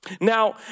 Now